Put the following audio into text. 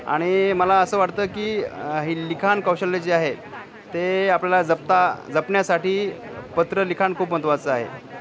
आणि मला असं वाटतं की ही लिखाण कौशल्य जे आहे ते आपल्याला जपता जपण्यासाठी पत्र लिखाण खूप महत्त्वाचं आहे